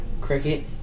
Cricket